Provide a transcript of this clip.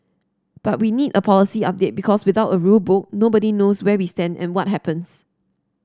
but we need a policy update because without a rule book nobody knows where we stand and what happens